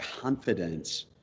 confidence